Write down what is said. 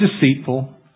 deceitful